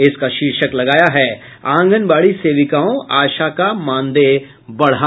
इसका शीर्षक लगाया है आंगनबाड़ी सेविकाओं आशा का मानदेय बढ़ा